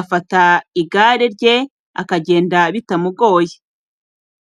afata igare rye akagenda bitamugoye.